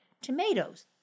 tomatoes